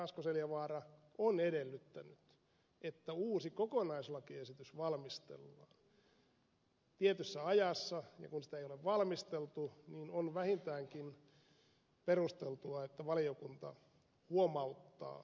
asko seljavaara on edellyttänyt että uusi kokonaislakiesitys valmistellaan tietyssä ajassa niin sitä ei ole valmisteltu niin että on vähintäänkin perusteltua että valiokunta huomauttaa tästä ministeriötä